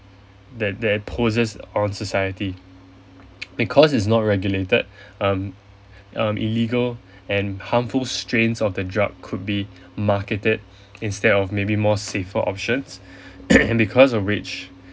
that that it poses on society because is not regulated um um illegal and harmful strains of the drug could be marketed instead of maybe more safer options and because of which